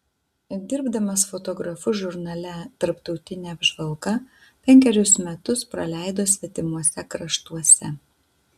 dirbdamas fotografu žurnale tarptautinė apžvalga penkerius metus praleido svetimuose kraštuose